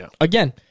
Again